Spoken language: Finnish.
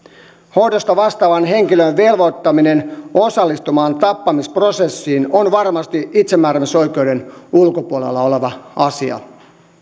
hoidosta vastaavan henkilön velvoittaminen osallistumaan tappamisprosessiin on varmasti itsemääräämisoikeuden ulkopuolella oleva asia